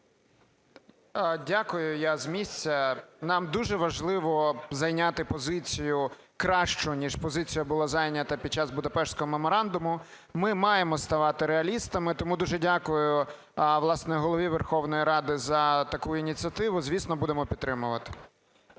Дякую. Я з місця. Нам дуже важливо зайняти позицію кращу, ніж позиція була зайнята під час Будапештського меморандуму. Ми маємо ставати реалістами, тому дуже дякую, власне, Голові Верховної Ради за таку ініціативу. Звісно, будемо підтримувати.